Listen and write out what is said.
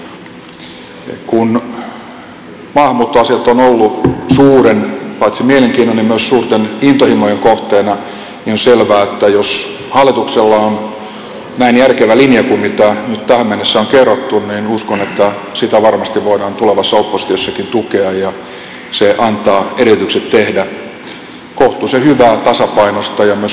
kun maahanmuuttoasiat ovat olleet paitsi suuren mielenkiinnon myös suurten intohimojen kohteena on selvää että jos hallituksella on näin järkevä linja kuin mitä nyt tähän mennessä on kerrottu niin uskon että sitä varmasti voidaan tulevassa oppositiossakin tukea ja se antaa edellytykset tehdä kohtuullisen hyvää tasapainoista ja myös kansalaisten hyväksymää maahanmuutto ja ulkomaalaispolitiikkaa